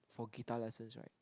for guitar lessons right